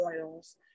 oils